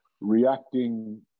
reacting